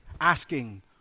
asking